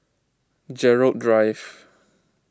Gerald Drive